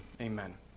Amen